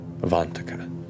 Avantika